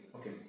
okay